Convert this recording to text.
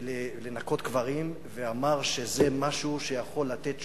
ולנקות קברים, ואמר שזה משהו שיכול לתת תשובה,